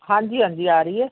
ਹਾਂਜੀ ਹਾਂਜੀ ਆ ਰਹੀ ਹੈ